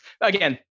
again